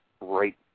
right